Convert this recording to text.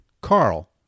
Carl